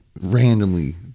randomly